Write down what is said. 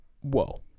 Whoa